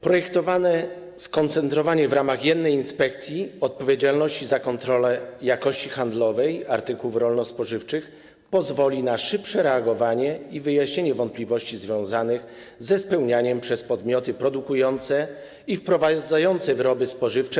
Projektowane skoncentrowanie w ramach jednej inspekcji odpowiedzialności za kontrolę jakości handlowej artykułów rolno-spożywczych pozwoli na szybsze reagowanie i wyjaśnienie wątpliwości związanych ze spełnianiem przez podmioty produkujące i wprowadzające do obrotu wyroby spożywcze.